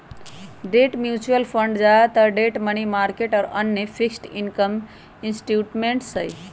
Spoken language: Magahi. डेट म्यूचुअल फंड ज्यादातर डेट, मनी मार्केट और अन्य फिक्स्ड इनकम इंस्ट्रूमेंट्स हई